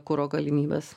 kuro galimybes